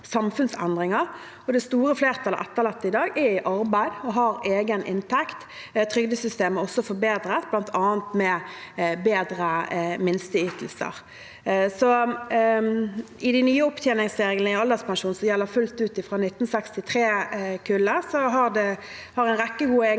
Det store flertallet av etterlatte i dag er i arbeid og har egen inntekt. Trygdesystemet er også forbedret, bl.a. med bedre minsteytelser. De nye opptjeningsreglene i alderspensjonen som gjelder fullt ut fra 1963-kullet, har en rekke gode egenskaper,